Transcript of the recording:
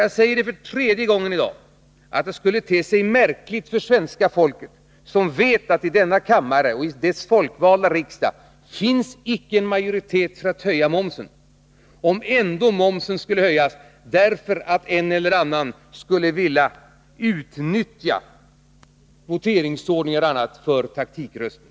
Jag säger nu för tredje gången i dag att det skulle te sig märkligt för svenska Upphävande av folket, som vet att det i den folkvalda riksdagen icke finns majoritet för att — beslutet om höja momsen, om momsen ändå skulle höjas därför att en och annan karensdagar, , utnyttjar voteringsordningen eller något annat för taktikröstning.